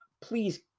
Please